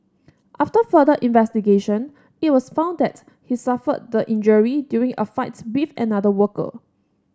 after further investigation it was found that he suffered the injury during a fight with another worker